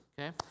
Okay